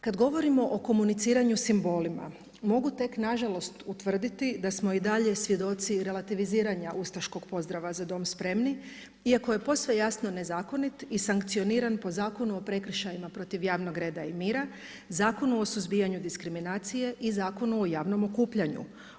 Kad govorimo o komuniciranju simbolima, mogu tek nažalost utvrditi da smo i dalje svjedoci relativiziranja ustaškog pozdrava „Za dom spremni“ iako je posve jasno nezakonit i sankcionirat o prekršajima protiv javnog reda i mira, Zakonu o suzbijanju diskriminacije i Zakonu o javnom okupljanju.